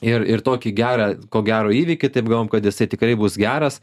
ir ir tokį gerą ko gero įvykį taip galvojam kad jisai tikrai bus geras